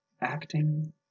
acting